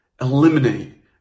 Eliminate